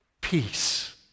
peace